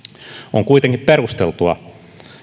on kuitenkin perusteltua